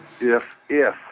if-if